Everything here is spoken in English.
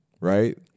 Right